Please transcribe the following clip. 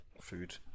food